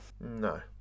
no